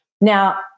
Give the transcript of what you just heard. Now